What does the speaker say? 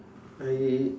I